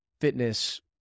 fitness